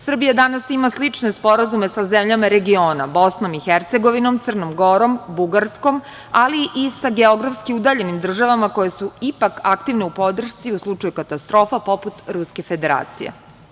Srbija danas ima slične sporazume sa zemljama regiona – BiH, Crnom Gorom, Bugarskom, ali i sa geografski udaljenim državama koje su ipak aktivne u podršci u slučaju katastrofa, poput Ruske Federacije.